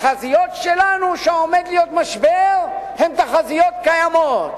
התחזיות שלנו שעומד להיות משבר הן תחזיות קיימות.